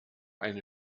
eine